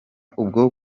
ubwo